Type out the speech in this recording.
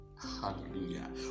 Hallelujah